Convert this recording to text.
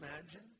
imagine